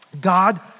God